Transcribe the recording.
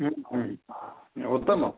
उत्तमम्